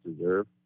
deserve